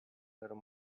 little